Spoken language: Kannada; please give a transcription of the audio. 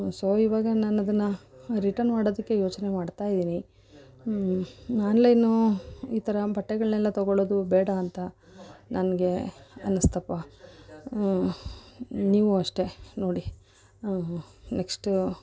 ಸೊ ಇವಾಗ ನಾನು ಅದನ್ನು ರಿಟರ್ನ್ ಮಾಡೋದಕ್ಕೆ ಯೋಚನೆ ಮಾಡ್ತಾಯಿದ್ದೀನಿ ಹ್ಞೂ ಆನ್ಲೈನು ಈ ಥರ ಬಟ್ಟೆಗಳನ್ನೆಲ್ಲ ತೊಗೊಳ್ಳೋದು ಬೇಡ ಅಂತ ನನಗೆ ಅನ್ನಿಸ್ತಪ್ಪ ಹ್ಞೂ ನೀವು ಅಷ್ಟೇ ನೋಡಿ ನೆಕ್ಸ್ಟ